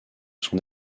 son